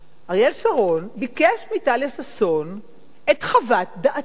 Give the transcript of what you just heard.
אריאל שרון ביקש מטליה ששון את חוות דעתה.